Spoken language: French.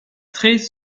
traits